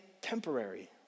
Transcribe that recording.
temporary